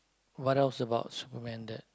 what else about Superman that